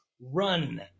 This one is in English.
run